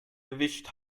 erwischt